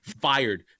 fired